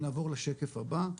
אם נעבור לשקף הבא,